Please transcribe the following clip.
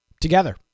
together